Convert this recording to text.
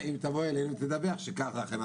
כך שלמעשה